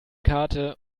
karte